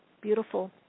Beautiful